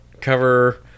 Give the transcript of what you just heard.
cover